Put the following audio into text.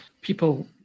people